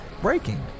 breaking